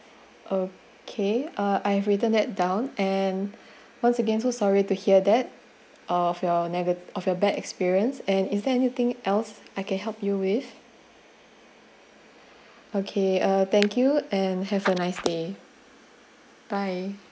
okay uh I've written that down and once again so sorry to hear that of your nega~ of your bad experience and is there anything else I can help you with okay uh thank you and have a nice day bye